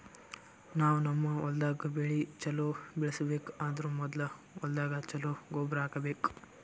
ನಾವ್ ನಮ್ ಹೊಲ್ದಾಗ್ ಬೆಳಿ ಛಲೋ ಬೆಳಿಬೇಕ್ ಅಂದ್ರ ಮೊದ್ಲ ಹೊಲ್ದಾಗ ಛಲೋ ಗೊಬ್ಬರ್ ಹಾಕ್ಬೇಕ್